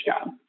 job